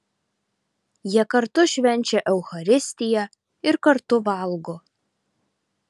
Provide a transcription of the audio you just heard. jie kartu švenčia eucharistiją ir kartu valgo